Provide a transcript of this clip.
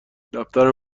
دفتر